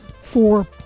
four